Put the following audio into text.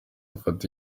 afata